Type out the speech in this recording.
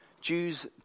Jews